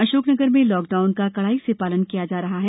अशोकनगर में लॉकडाउन का कड़ाई से पालन किया जा रहा है